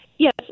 Yes